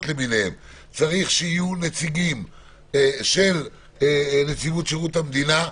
למיניהן צריכים להיות נציגים מנציבות שירות המדינה,